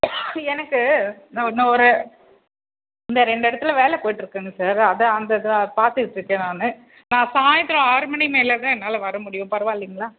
எனக்கு நான் நான் ஒரு இந்த ரெண்டு இடத்துல வேலை போயிட்டுருக்குங்க சார் அதான் அந்த இதாக பார்த்துட்ருக்கேன் நான் நான் சாய்ந்திரம் ஆறு மணி மேலே தான் என்னால் வர முடியும் பரவால்லிங்களா